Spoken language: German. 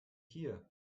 hier